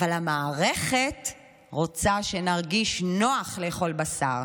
אבל המערכת רוצה שנרגיש נוח לאכול בשר,